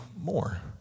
more